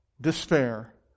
despair